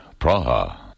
Praha